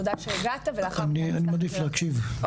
תודה שהגעת ולאחר מכן --- אני מעדיף להקשיב,